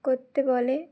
করতে বলে